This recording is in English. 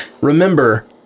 remember